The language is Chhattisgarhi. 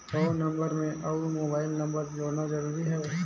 हव नंबर अउ मोबाइल नंबर जोड़ना जरूरी हे?